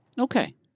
okay